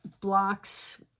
blocks